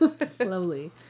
Slowly